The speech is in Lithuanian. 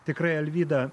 tikrai alvyda